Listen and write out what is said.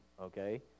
okay